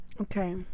okay